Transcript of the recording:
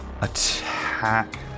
attack